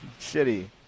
shitty